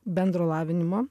bendro lavinimo